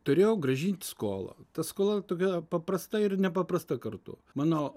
turėjau grąžinti skolą ta skola tokia paprasta ir nepaprasta kartu mano